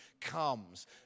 comes